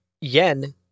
Yen